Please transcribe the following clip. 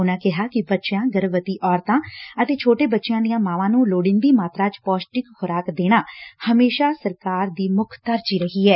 ਉਨੁਾ ਕਿਹਾ ਕਿ ਬੱਚਿਆਂ ਗਰਭਵਤੀ ਔਰਤਾ ਅਤੇ ਛੋਟੇ ਬੱਚਿਆਂ ਦੀਆਂ ਮਾਵਾਂ ਨੰ ਲੋੜੀਦੀ ਮਾਤਰਾ ਚ ਪੌਸ਼ਟਿਕ ਖਰਾਕ ਦੇਣਾ ਹਮੇਸਾਂ ਸਰਕਾਰ ਦੀ ਮੱਖ ਤਰਜੀਹ ਰਹੀ ਏ